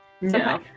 No